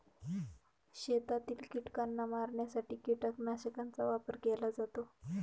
शेतातील कीटकांना मारण्यासाठी कीटकनाशकांचा वापर केला जातो